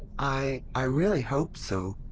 i. i really hope so.